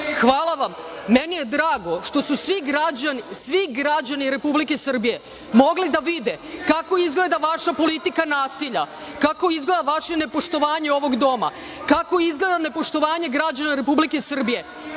govorniku. Meni je drago što su svi građani Republike Srbije mogli da vide kako izgleda vaša politika nasilja, kako izgleda vaše nepoštovanje ovog doma, kako izgleda nepoštovanje građana Republike Srbije.